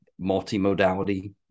multimodality